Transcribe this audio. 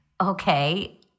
Okay